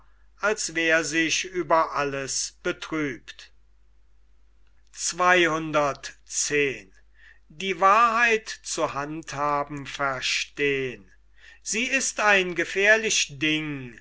als wer sich über alles betrübt die wahrheit zu handhaben verstehn sie ist ein gefährlich ding